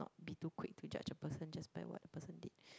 not be too quick to judge a person just by what the person did